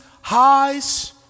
highs